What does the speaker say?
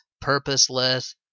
purposeless